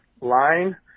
line